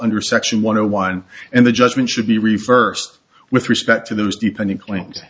under section one o one and the judgment should be reversed with respect to those deepening claim